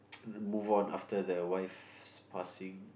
move on after the wife's passing